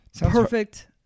perfect